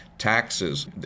taxes